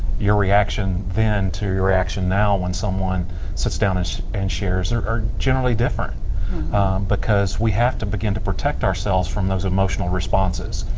your reaction then to your reaction now when someone sits down and shares are are generally different because we have to begin to protect ourselves from those emotional responses.